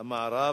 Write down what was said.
המערב